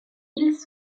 ils